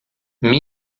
faz